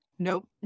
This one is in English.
Nope